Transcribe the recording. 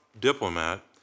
diplomat